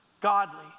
godly